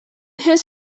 his